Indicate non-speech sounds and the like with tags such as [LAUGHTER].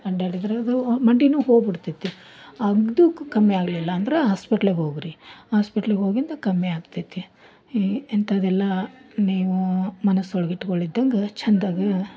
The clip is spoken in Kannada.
ಒಂದು [UNINTELLIGIBLE] ಮಂಡಿನೋವು ಹೋಗ್ಬಿಡ್ತೈತಿ ಅದು ಕಮ್ಮಿ ಆಗ್ಲಿಲ್ಲಾಂದ್ರೆ ಹಾಸ್ಪಿಟ್ಲಿಗೆ ಹೋಗ್ರಿ ಹಾಸ್ಪಿಟ್ಲಿಗೆ ಹೋಗಿಂತ ಕಮ್ಮಿ ಆಗ್ತೈತಿ ಈ ಇಂಥದ್ದೆಲ್ಲ ನೀವು ಮನಸ್ಸೊಳಗೆ ಇಟ್ಕೊಳಿದ್ದಂಗೆ ಚಂದಗೆ